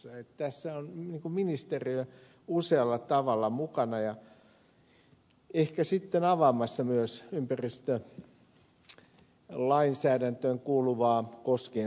tässä on ministeriö usealla tavalla mukana ja ehkä sitten avaamassa myös ympäristölainsäädäntöön kuuluvaa koskiensuojelulakia